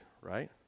right